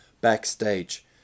backstage